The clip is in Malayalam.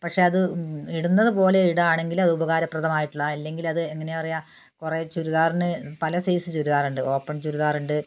പക്ഷെ അത് ഇടുന്നത് പോലെ ഇടുകയാണെങ്കിൽ അത് ഉപകാരപ്രദമായിട്ടുള്ളതാണ് അല്ലെങ്കിലത് എന്താ പറയുക കുറേ ചുരിദാറിന് പല സൈസ് ചുരിദാറുണ്ട് ഓപ്പൺ ചുരിദാറുണ്ട്